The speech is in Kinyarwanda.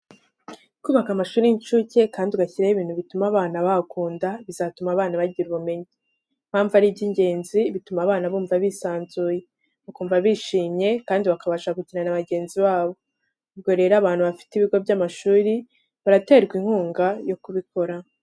Kubaka amashuri y'incuke kandi ugashyiraho ibintu bituma abana bahakunda bizatuma abana bagira ubumenyi. Impamvu ari iby'ingenzi, bituma abana bumva bisanzuye, bakumva bishimye kandi bakabasha gukina n'abagenzi babo. Ubwo rero abantu bafite ibigo by'amashuri baraterwa inkunga yo kubikora.